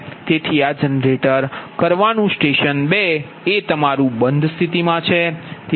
તેથી આ જનરેટ કરવાનું સ્ટેશન 2 બંધ છે